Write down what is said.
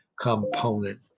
component